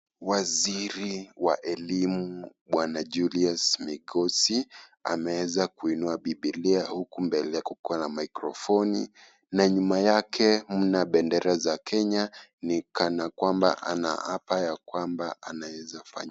Waziri wa elimu bwana Julius Migosi ameeza kuinua Biblia huku mbele yake kukiwa na maikrofoni, na nyuma yake mna bendera za Kenya ni kana kwamba anaapa ya kwamba anaezafanya.